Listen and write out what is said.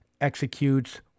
executes